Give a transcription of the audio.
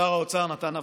שר האוצר נתן הבטחה,